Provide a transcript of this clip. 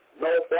no